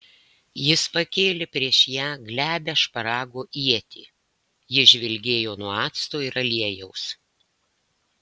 jis pakėlė prieš ją glebią šparago ietį ji žvilgėjo nuo acto ir aliejaus